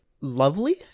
lovely